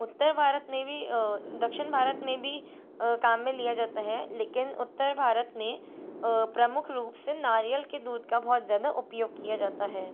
उत्तर भारत में भी दक्षिन भारत में भी काम में लिया जाता है लेकिन उत्तर भारत में प्रमुख रूप से नारियल के दूध का बहुत ज़्यादा उपयोग किया जाता है